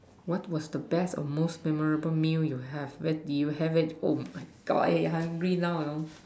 what was the best or most memorable meal you have where did you have it oh my God eh hungry now you know